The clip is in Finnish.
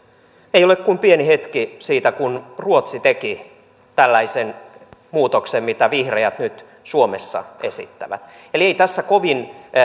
ei ole kuin pieni hetki siitä kun ruotsi teki tällaisen muutoksen mitä vihreät nyt suomessa esittävät eli ei tässä kovin